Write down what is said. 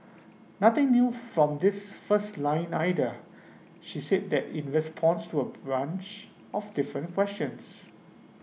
nothing new from this first line either she's said that in response to A brunch of different questions